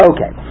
Okay